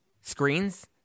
screens